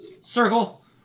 Circle